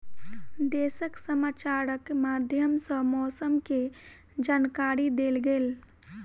देशक समाचारक माध्यम सॅ मौसम के जानकारी देल गेल